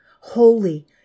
holy